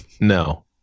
No